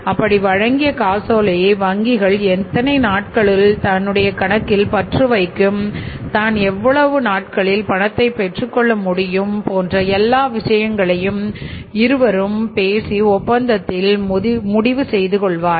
அப்படி வழங்கிய காசோலையை வங்கிகள் எத்தனை நாட்களில் தன்னுடைய கணக்கில் பற்று வைக்கும் தான் எவ்வளவு நாட்களில் பணத்தை பெற்றுக்கொள்ள முடியும் போன்ற எல்லா விஷயங்களையும் இருவரும் பேசி ஒப்பந்தத்தில் முடிவு செய்து கொள்வார்கள்